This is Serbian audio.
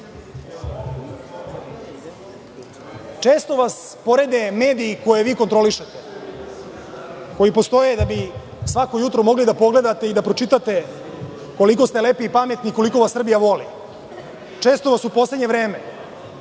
vas porede mediji koje vi kontrolišete, koji postoje da bi svako jutro mogli da pogledate i da pročitate koliko ste lepi i pametni i koliko vas Srbija voli. Često vas u poslednje vreme,